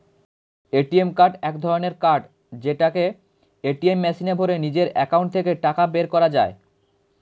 ATM card এক ধরণের card যেটাকে এটিএম মেশিনে ভরে নিজের একাউন্ট থেকে টাকা বের করা যায়